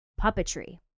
puppetry